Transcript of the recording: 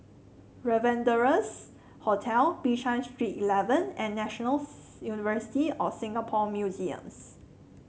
Rendezvous Hotel Bishan Street Eleven and National University of Singapore Museums